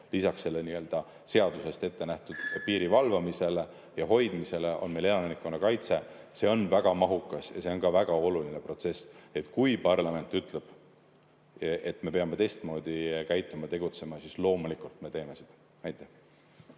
Lisaks seaduses ette nähtud piiri valvamisele ja hoidmisele on meil elanikkonnakaitse. See on väga mahukas ja see on väga oluline protsess. Kui parlament ütleb, et me peame teistmoodi käituma või tegutsema, siis loomulikult me seda teeme. Aitäh!